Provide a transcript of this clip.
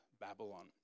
Babylon